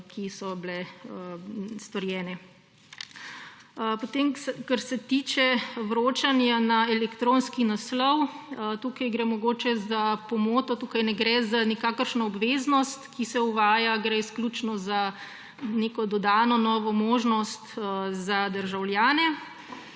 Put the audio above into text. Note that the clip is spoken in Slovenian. ki so bile storjene. Potem kar se tiče vročanja na elektronski naslov. Tukaj gre mogoče za pomoto, tukaj ne gre za nikakršno obveznost, gre izključno za neko dodano novo možnost za državljane